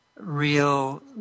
Real